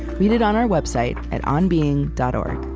read it on our website at onbeing dot o r